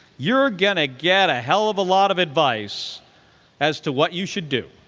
you're get a get a hell of a lot of advice as to what you should do.